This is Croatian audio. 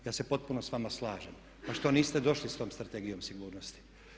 Ja se potpuno sa vama slažem, pa što niste došli sa tom Strategijom sigurnosti.